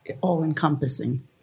all-encompassing